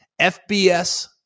FBS